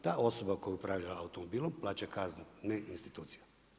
Ta osoba koja je upravljala automobilom plaća kaznu, ne institucija.